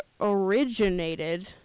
originated